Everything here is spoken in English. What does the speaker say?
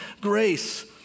grace